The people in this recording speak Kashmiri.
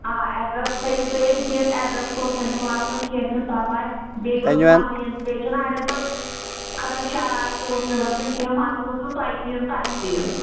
آ اٮ۪ڈرَس تھٲیِو تُہۍ اَسہِ دِتھ اٮ۪ڈرَس کوتتھ چھُ واتُن کیٚنٛہہ چھُنہٕ پَرواے بیٚیہِ گوٚژھ مَزٕ یِن بیٚیہِ چھُنا اَڑٮ۪ن پَتہٕ کھسان شرارت تہِ گوٚژھ نہٕ گژھٕنۍ کیٚنٛہہ مَزٕ گوٚژھوُ تۄہہِ تہِ یُن تہٕ اَسہِ تہِ یُن